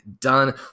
done